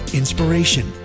inspiration